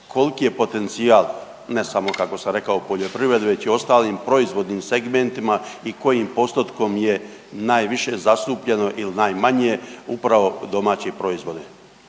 koliki je potencijal ne samo kako sam rekao poljoprivredi već i u ostalim proizvodnim segmentima i kojim postotkom je najviše zastupljeno ili najmanje upravo domaći proizvode?